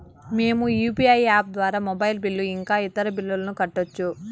మేము UPI app ద్వారా mobile bill ఇంకా ఇతర బిల్లులను కట్టొచ్చు